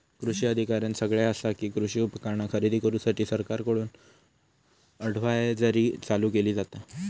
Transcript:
कृषी अधिकाऱ्यानं सगळ्यां आसा कि, कृषी उपकरणा खरेदी करूसाठी सरकारकडून अडव्हायजरी चालू केली जाता